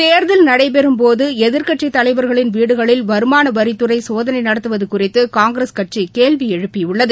தேர்தல் நடைபெறும்போது எதிர்க்கட்சித் தலைவர்களின் வீடுகளில் வருமான வரித்துறை சோதனை நடத்துவது குறித்து காங்கிரஸ் கட்சி கேள்வி எழுப்பியுள்ளது